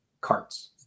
carts